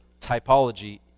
typology